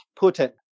Putin